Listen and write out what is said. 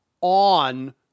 on